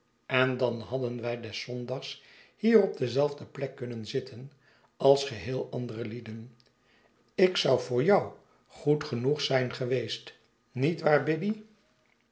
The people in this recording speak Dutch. endanhadden wij des zondags hier op dezelfde piek kunnen zitten ais geheel andere heden ik zou voor j o u goed genoeg zijn geweest niet waar biddy